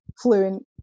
fluent